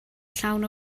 llawn